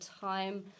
time